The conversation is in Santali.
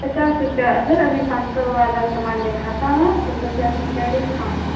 ᱯᱚᱪᱟᱥ ᱨᱩᱯᱤᱭᱟ ᱟᱜᱟᱨ ᱯᱟᱱᱥᱚ ᱣᱟᱞᱟ ᱥᱟᱢᱟᱱ ᱵᱤᱱ ᱦᱟᱛᱟᱣᱟ ᱛᱚᱵᱮ ᱯᱟᱪᱟᱥ ᱨᱩᱯᱤᱭᱟ ᱰᱤᱥᱠᱟᱩᱱᱴ